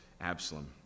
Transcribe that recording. Absalom